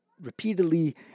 repeatedly